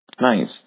Nice